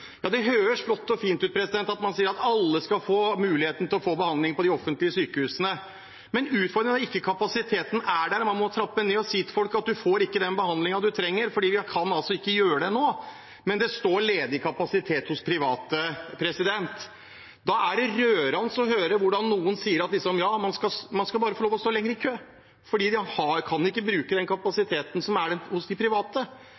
Det høres flott og fint ut at man sier at alle skal få muligheten til å få behandling på de offentlige sykehusene, men utfordringen er at kapasiteten ikke er der – at man må trappe ned og si til folk at de ikke får den behandlingen de trenger, fordi vi ikke kan gjøre det nå. Men det står ledig kapasitet hos private. Da er det rørende å høre hvordan noen liksom sier at man bare skal få lov å stå lenger i kø, fordi man ikke kan bruke den